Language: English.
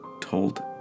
told